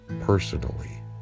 personally